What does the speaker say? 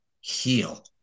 heal